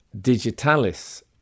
digitalis